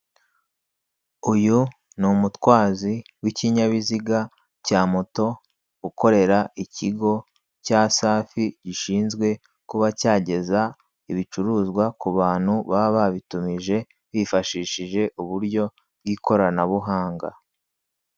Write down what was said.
Uyu ni umutwazi w'ikinyabiziga cya moto ukorera ikigo cya safi gishinzwe kuba cyageza ibicuruzwa ku bantu baba babitumije bifashishije uburyo bw'ikoranabuhanga.